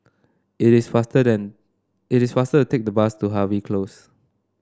it is faster than it is faster to take the bus to Harvey Close